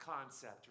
concept